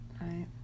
right